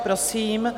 Prosím.